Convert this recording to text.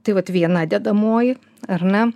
tai vat viena dedamoji ar ne